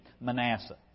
Manasseh